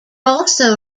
also